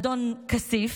אדון כסיף,